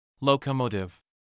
Locomotive